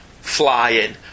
flying